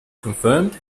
confirmed